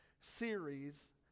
series